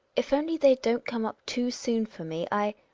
if only they don't come up too soon for me i